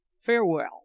farewell